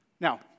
now